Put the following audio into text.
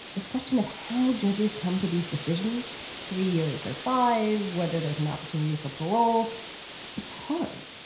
this question of how judges come to these decisions three years or five, whether there's an opportunity for parole it's hard.